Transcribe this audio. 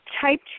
type